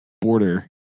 border